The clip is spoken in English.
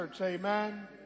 Amen